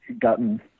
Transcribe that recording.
gotten